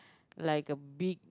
like a big